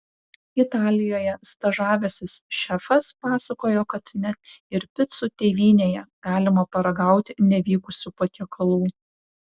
italijoje stažavęsis šefas pasakojo kad net ir picų tėvynėje galima paragauti nevykusių patiekalų